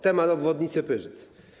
Temat obwodnicy Pyrzyc.